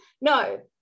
no